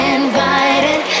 invited